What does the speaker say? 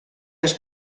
els